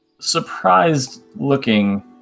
surprised-looking